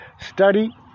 Study